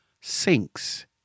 sinks